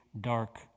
dark